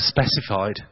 specified